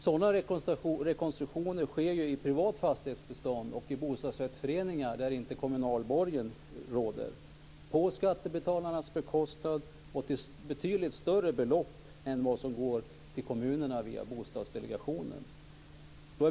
Sådana rekonstruktioner sker ju i privata fastighetsbestånd och i bostadsrättsföreningar där kommunal borgen inte råder - på skattebetalarnas bekostnad och till betydligt större belopp än vad som går till kommunerna via Bostadsdelegationen.